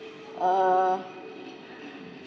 err